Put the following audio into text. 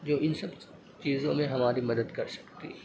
جو ان سب چیزوں میں ہماری مدد کر سکتی ہے